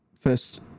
First